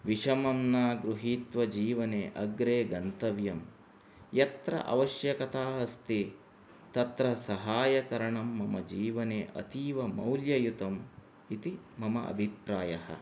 विषमं न गृहीत्व जीवने अग्रे गन्तव्यं यत्र आवश्यकता अस्ति तत्र सहाय करणं मम जीवने अतीव मौल्ययितम् इति मम अभिप्रायः